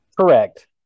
Correct